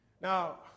Now